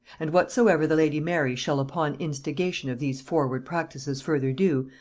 and whatsoever the lady mary shall upon instigation of these forward practices further do,